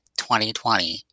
2020